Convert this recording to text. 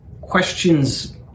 questions